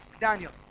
Daniel